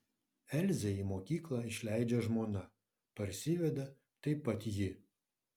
elzę į mokyklą išleidžia žmona parsiveda taip pat ji